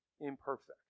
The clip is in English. imperfect